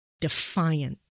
defiant